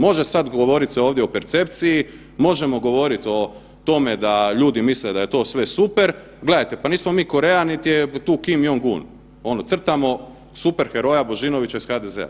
Može sad govorit ovdje se o percepciji, možemo govoriti o tome da ljudi misle da je to sve super, gledajte pa nismo mi Koreja niti tu Kim Jong-un, ono crtamo super heroja Božinovića iz HDZ-a.